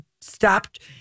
stopped